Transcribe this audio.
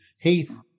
Heath